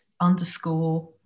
underscore